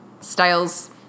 Styles